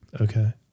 Okay